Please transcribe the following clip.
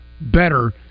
better